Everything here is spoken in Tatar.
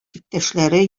иптәшләре